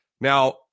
Now